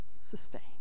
sustain